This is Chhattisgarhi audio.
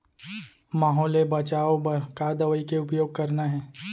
माहो ले बचाओ बर का दवई के उपयोग करना हे?